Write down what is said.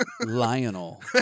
Lionel